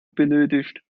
benötigt